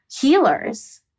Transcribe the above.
healers